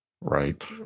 Right